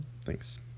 thanks